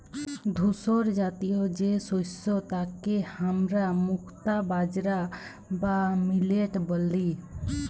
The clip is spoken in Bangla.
ধূসরজাতীয় যে শস্য তাকে হামরা মুক্তা বাজরা বা মিলেট ব্যলি